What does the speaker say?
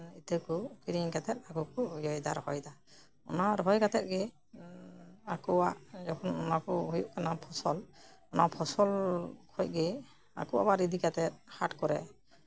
ᱤᱛᱟᱹ ᱠᱚ ᱠᱤᱨᱤᱧ ᱠᱟᱛᱮᱜ ᱟᱠᱚ ᱠᱚ ᱨᱚᱦᱚᱭ ᱫᱟ ᱚᱱᱟ ᱨᱚᱦᱚᱭ ᱠᱟᱛᱮᱜ ᱜᱮ ᱟᱠᱚᱣᱟᱜ ᱡᱚᱠᱷᱚᱱ ᱚᱱᱟ ᱠᱚ ᱦᱩᱭᱩᱜ ᱠᱟᱱᱟ ᱯᱷᱚᱥᱚᱞ ᱚᱱᱟ ᱯᱷᱚᱞ ᱤᱫᱤ ᱠᱟᱛᱮ ᱟᱠᱚ ᱟᱵᱟᱨ ᱦᱟᱴ ᱠᱚᱨᱮᱜ